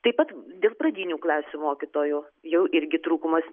taip pat dėl pradinių klasių mokytojų jau irgi trūkumas